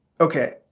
okay